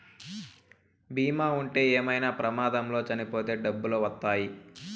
బీమా ఉంటే ఏమైనా ప్రమాదంలో చనిపోతే డబ్బులు వత్తాయి